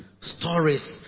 stories